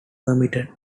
permitted